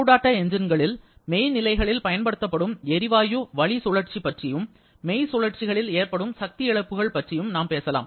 ஊடாட்ட என்ஜின்களில் மெய் நிலைகளில்பயன்படுத்தப்படும் எரிவாயு வளி சுழற்சியைப் பற்றியும் மெய் சுழற்சிகளில் ஏற்படும் சக்தி இழப்புகள் பற்றியும் நாம் பேசலாம்